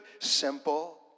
simple